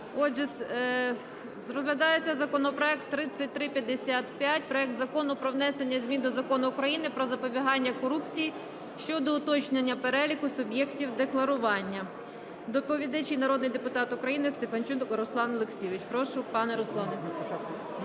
Отже, розглядається законопроект 3355: проект Закону про внесення змін до Закону України "Про запобігання корупції" щодо уточнення переліку суб'єктів декларування. Доповідач – народний депутат України Стефанчук Руслан Олексійович. Прошу, пане Руслане.